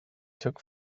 took